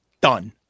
done